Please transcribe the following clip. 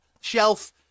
shelf